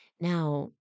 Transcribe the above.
Now